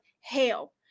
hell